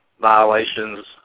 violations